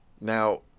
Now